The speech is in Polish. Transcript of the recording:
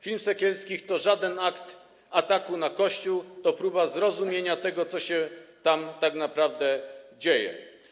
Film Sekielskich to żaden akt ataku na Kościół, to próba zrozumienia tego, co się tam tak naprawdę dzieje.